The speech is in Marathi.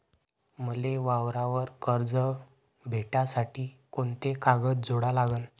मले वावरावर कर्ज भेटासाठी कोंते कागद जोडा लागन?